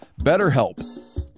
BetterHelp